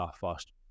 first